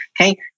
okay